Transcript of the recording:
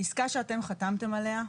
העסקה שאתם חתמתם עליה,